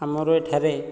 ଆମର ଏଠାରେ